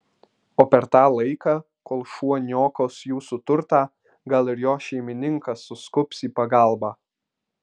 o per tą laiką kol šuo niokos jūsų turtą gal ir jo šeimininkas suskubs į pagalbą